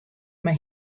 mar